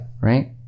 right